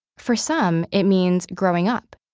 for some, it means growing up,